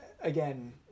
again